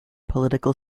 political